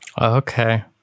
Okay